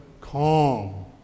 calm